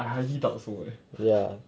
I highly doubt so leh